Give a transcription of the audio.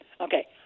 Okay